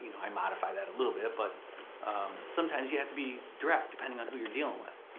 i modify that a little bit, but sometimes you have to be direct depending on who you're dealin' with.